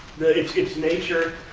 its its nature,